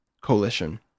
coalition